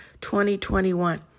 2021